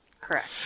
Correct